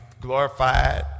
glorified